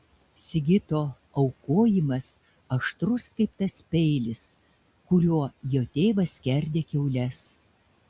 sigito aukojimas aštrus kaip tas peilis kuriuo jo tėvas skerdė kiaules